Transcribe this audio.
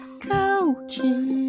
coaches